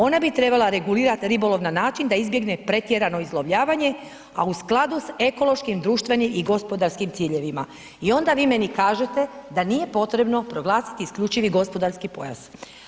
Ona bi trebala regulirat ribolov na način da izbjegne pretjerano izlovljavanje, a u skladu s ekološkim društvenim i gospodarskim ciljevima i ona vi meni kažete da nije potrebno proglasiti isključivi gospodarski pojas.